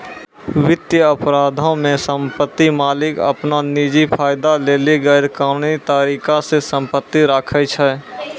वित्तीय अपराधो मे सम्पति मालिक अपनो निजी फायदा लेली गैरकानूनी तरिका से सम्पति राखै छै